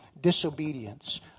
disobedience